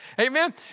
Amen